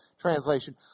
translation